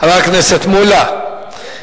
חבר הכנסת מולה,